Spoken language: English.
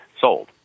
sold